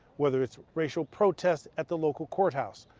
whether it's racial protest at the local courthouse,